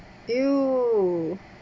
!eww!